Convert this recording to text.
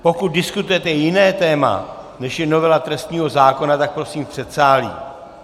Pokud diskutujete jiné téma, než je novela trestního zákona, tak prosím v předsálí.